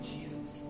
Jesus